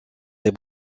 des